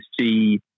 see